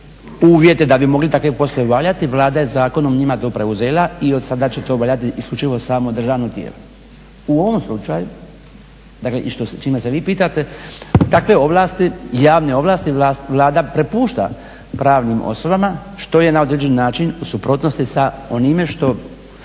uvjete da bi mogli takve poslove obavljati, Vlada je zakonom njima to preuzela i od sada će to valjati isključivo samo državnom tijelu. U ovom slučaju dakle čime se vi pitate, takve ovlasti javne ovlasti Vlada prepušta pravnim osobama što je na određeni način u suprotnosti sa onime što